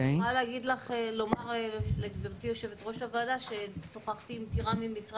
אני יכולה לומר לגברתי יושבת ראש הוועדה ששוחחתי עם משרד